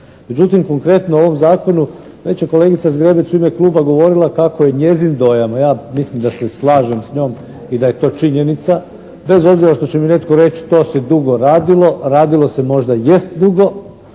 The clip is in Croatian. Međutim, konkretno u ovom zakonu već je kolegica Zgrebec u ime Kluba govorila kako je njezin dojam a ja mislim da se slažem s njom i da je to činjenica bez obzira što će mi netko reći to se dugo radilo. Radilo se možda jest dugo.